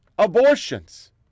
Abortions